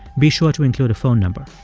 be sure to include a phone number.